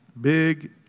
Big